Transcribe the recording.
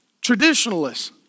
Traditionalists